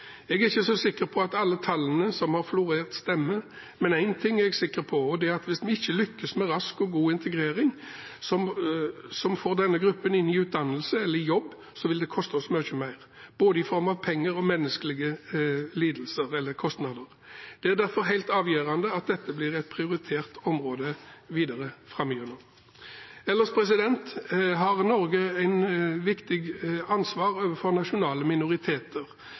Jeg er ikke så sikker på at alle tallene som har florert, stemmer, men én ting er jeg sikker på, og det er at hvis vi ikke lykkes med rask og god integrering som får denne gruppen inn i utdannelse eller jobb, vil det koste oss mye mer, i form av både penger og menneskelige lidelser eller kostnader. Det er derfor helt avgjørende at dette blir et prioritert område videre framover. Ellers har Norge et viktig ansvar overfor nasjonale minoriteter.